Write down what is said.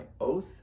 oath